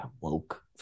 woke